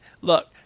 Look